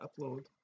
upload